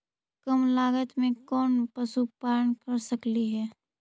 कम लागत में कौन पशुपालन कर सकली हे?